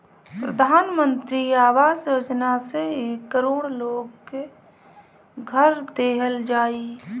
प्रधान मंत्री आवास योजना से एक करोड़ लोग के घर देहल जाई